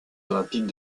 olympiques